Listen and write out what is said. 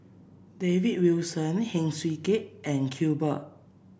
David Wilson Heng Swee Keat and Iqbal